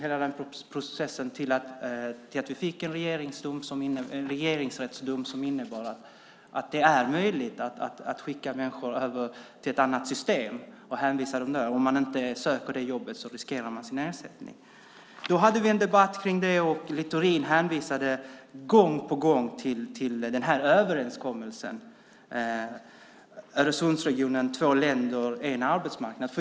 Hela den processen ledde till att vi fick en regeringsrättsdom som innebar att det var möjligt att föra över människor till ett annat system, att hänvisa dem dit; om man inte söker jobbet riskerar man sin ersättning. Vi hade en debatt om det, och Littorin hänvisade gång på gång till överenskommelsen, rapporten Öresundsregionen - två länder, en arbetsmarknad .